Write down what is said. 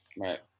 right